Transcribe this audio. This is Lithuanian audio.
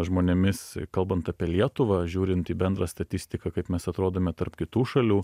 žmonėmis kalbant apie lietuvą žiūrint į bendrą statistiką kaip mes atrodome tarp kitų šalių